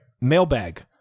Mailbag